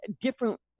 different